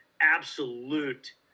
absolute